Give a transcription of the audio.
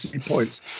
points